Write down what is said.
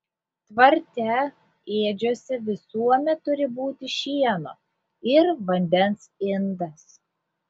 tvarte ėdžiose visuomet turi būti šieno ir vandens indas